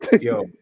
yo